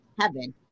heaven